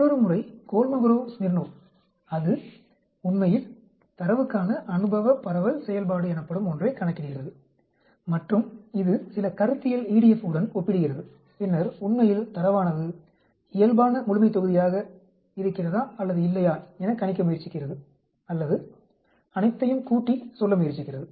மற்றொரு முறை Kolmogorov Smirnov அது உண்மையில் தரவுக்கான அனுபவ பரவல் செயல்பாடு எனப்படும் ஒன்றை கணக்கிடுகிறது மற்றும் இது சில கருத்தியல் EDF உடன் ஒப்பிடுகிறது பின்னர் உண்மையில் தரவானது இயல்பான முழுமைத்தொகுதியாக அல்லது இல்லையா என கணிக்க முயற்சிக்கிறது அல்லது அனைத்தையும் கூட்டி சொல்ல முயற்சிக்கிறது